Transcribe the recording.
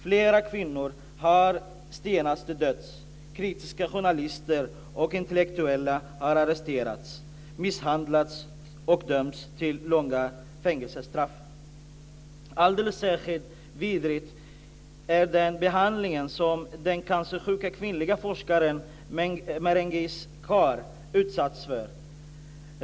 Flera kvinnor har stenats till döds. Kritiska journalister och intellektuella har arresterats, misshandlats och dömts till långa fängelsestraff. Alldeles särskilt vidrig är den behandling som den cancersjuka kvinnliga forskaren Mehrengiz Kar har utsatts för.